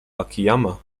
akiyama